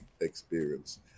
experience